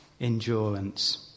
endurance